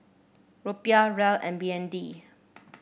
Rupiah Riel and B N D